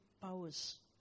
powers